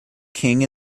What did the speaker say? king